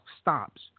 stops